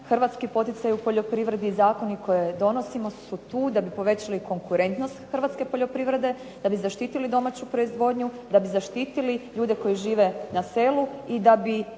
Hrvatski poticaji u poljoprivredi i zakoni koje donosimo su tu da bi povećali konkurentnost hrvatske poljoprivrede, da bi zaštitili domaću proizvodnju, da bi zaštitili ljude koji žive na selu i da bi